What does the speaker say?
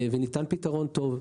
הפתרון שניתן הוא פתרון טוב,